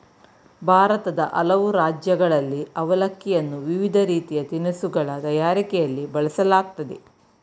ಭಾರತದ ಹಲವು ರಾಜ್ಯಗಳಲ್ಲಿ ಅವಲಕ್ಕಿಯನ್ನು ವಿವಿಧ ರೀತಿಯ ತಿನಿಸುಗಳ ತಯಾರಿಕೆಯಲ್ಲಿ ಬಳಸಲಾಗ್ತದೆ